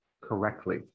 correctly